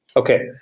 okay.